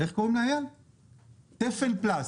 תפן פלאסט.